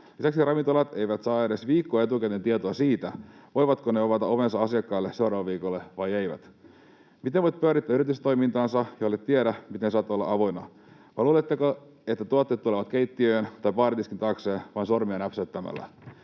Lisäksi ravintolat eivät saa edes viikkoa etukäteen tietoa siitä, voivatko ne avata ovensa asiakkaille seuraavalla viikolla vai eivät. Miten voit pyörittää yritystoimintaasi, jollet tiedä, miten saat olla avoinna? Vai luuletteko, että tuotteet tulevat keittiöön tai baaritiskin taakse vain sormia näpsäyttämällä?